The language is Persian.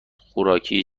خوراکی